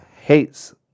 hates